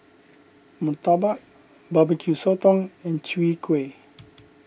Murtabak Barbeque Sotong and Chwee Kueh